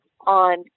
on